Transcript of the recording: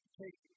take